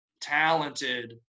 talented